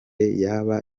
yaba